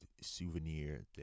Souvenir